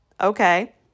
okay